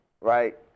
right